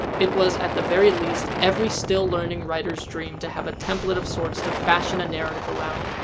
it was, at the very least, every still learning writer's dream to have a template of sorts to fashion a narrative around.